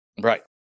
Right